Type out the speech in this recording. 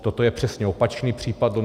Toto je přesně opačný případ.